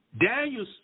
Daniel